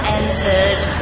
entered